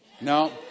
No